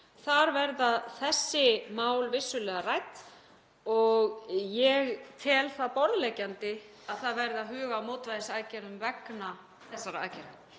Þar verða þessi mál vissulega rædd og ég tel borðleggjandi að það verði að huga að mótvægisaðgerðum vegna þessara aðgerða.